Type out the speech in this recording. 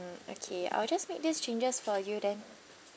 mm okay I'll just make these changes for you then